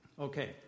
Okay